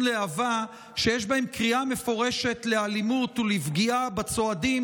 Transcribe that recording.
להב"ה שיש בהן קריאה מפורשת לאלימות ולפגיעה בצועדים